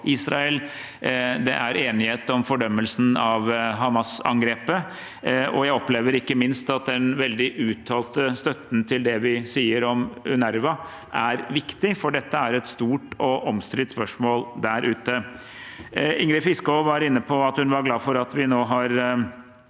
det er enighet om fordømmelsen av Hamas-angrepet. Jeg opplever ikke minst at den veldig uttalte støtten til det vi sier om UNRWA, er viktig, for dette er et stort og omstridt spørsmål der ute. Ingrid Fiskaa var inne på at hun var glad for at vi nå har